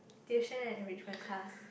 tuition enrichment class